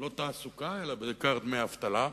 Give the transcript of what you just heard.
לא תעסוקה אלא בעיקר דמי אבטלה.